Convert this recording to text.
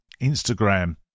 Instagram